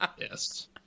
Yes